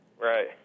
Right